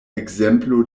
ekzemplo